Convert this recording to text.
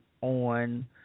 on